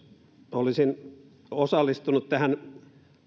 olisin osallistunut tähän